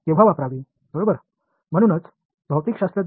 எனவே எந்த முறையை ஒருவர் பயன்படுத்த வேண்டும்